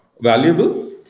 valuable